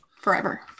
forever